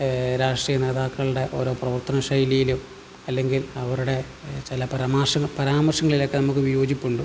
രാഷ്ട്രീയ നേതാക്കളുടെ ഓരോ പ്രവർത്തന ശൈലിയിലും അല്ലങ്കിൽ അവരുടെ ചില പരമാർശ പരാമർശങ്ങളിൽ ഒക്കെ നമുക്ക് വിയോജിപ്പുണ്ട്